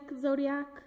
Zodiac